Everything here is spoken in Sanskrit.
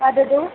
वदतु